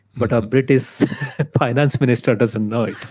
but a british finance minster doesn't know it.